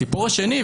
הסיפור השני,